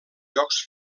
jocs